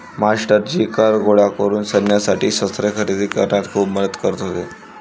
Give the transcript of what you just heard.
मास्टरजी कर गोळा करून सैन्यासाठी शस्त्रे खरेदी करण्यात खूप मदत होते